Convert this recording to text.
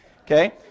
Okay